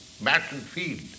battlefield